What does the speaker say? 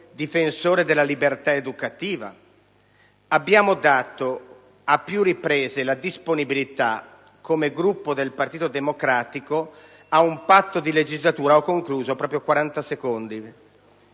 difensore della libertà educativa? Abbiamo dato a più riprese la disponibilità come Gruppo del Partito Democratico ad un patto di legislatura su scuola ed